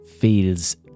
feels